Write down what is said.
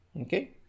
okay